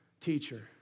teacher